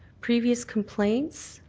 previous complaints,